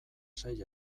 sei